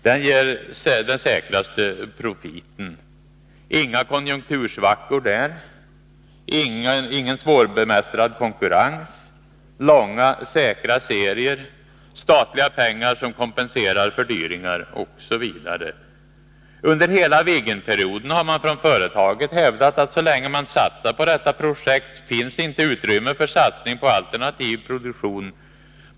Den ger den säkraste profiten. Den innebär inte några konjunktursvackor eller någon svårbemästrad konkurrens, men däremot långa säkra serier, statliga pengar som kompenserar fördyringar, osv. Under hela Viggenperioden har man från företaget hävdat att så länge man satsar på detta projekt finns inte utrymme för satsning på alternativ produktion.